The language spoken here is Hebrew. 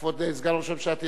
כבוד סגן ראש הממשלה,